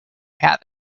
have